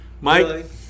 Mike